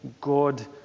God